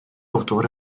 autore